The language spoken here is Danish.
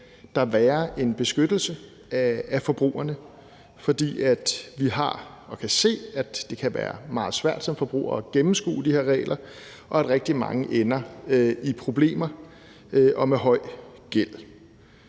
der være en beskyttelse af forbrugerne, fordi vi har og kan se, at det kan være meget svært som forbruger at gennemskue de her regler, og at rigtig mange ender i problemer og med stor gæld.